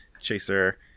Chaser